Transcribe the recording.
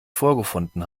vorgefunden